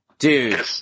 Dude